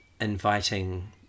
inviting